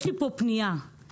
יש לי פה פנייה שהוציא